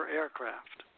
aircraft